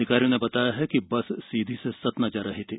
अधिकारियों ने बताया कि बस सीधी से सतना जा रही थी